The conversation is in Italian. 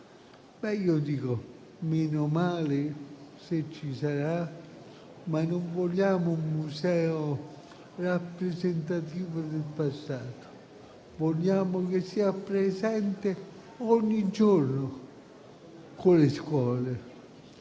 museo. Io dico meno male se ci sarà, ma non vogliamo un museo rappresentativo del passato. Vogliamo che sia presente ogni giorno con le scuole,